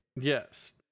Yes